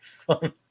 Fun